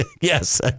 Yes